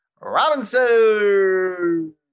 Robinson